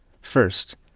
First